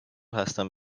هستم